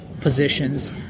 positions